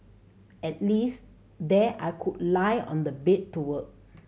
at least there I could lie on the bed to work